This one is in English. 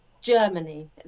Germany